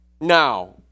now